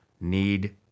need